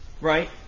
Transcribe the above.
right